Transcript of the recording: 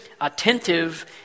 attentive